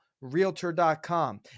realtor.com